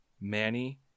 Manny